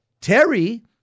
Terry